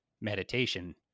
meditation